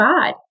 God